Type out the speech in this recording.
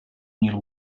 mil